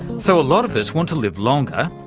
so a lot of us want to live longer,